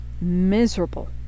miserable